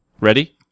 Ready